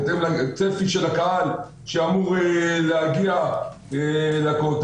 בהתאם לצפי של הקהל שאמור להגיע לכותל.